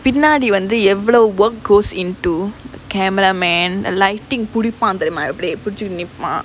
பின்னாடி வந்து எவ்ளோ:pinnaadi vanthu evlo work goes into the camera man lighting புடிப்பான் தெரிமா இப்டி புடிச்சிட்டு நிப்பான்:pudippaan therimaa ipdi pudichittu nippaan